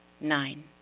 Nine